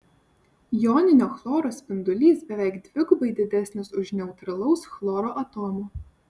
joninio chloro spindulys beveik dvigubai didesnis už neutralaus chloro atomo